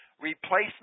Replacement